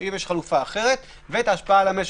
אם יש חלופה אחרת, ואת ההשפעה על המשק.